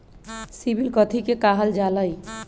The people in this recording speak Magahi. सिबिल कथि के काहल जा लई?